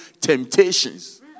temptations